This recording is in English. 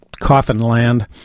Coffinland